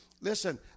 Listen